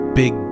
big